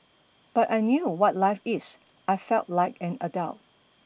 but I knew what life is I felt like an adult